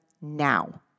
now